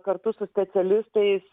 kartu su specialistais